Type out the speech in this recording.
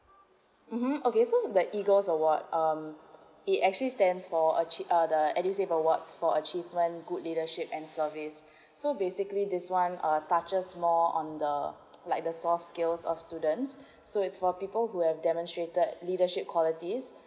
mmhmm okay so the eagles award um it actually stands for achieve uh the edusave awards for achievement good leadership and service so basically this one err touches more on the like the soft skills of students so is for people who have demonstrated leadership qualities service the comedy and excellence in their